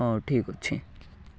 ହଉ ଠିକ୍ ଅଛି